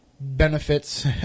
benefits